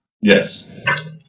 Yes